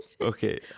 Okay